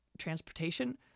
transportation